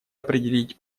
определить